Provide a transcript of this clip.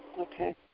Okay